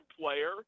player